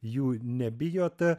jų nebijote